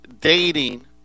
dating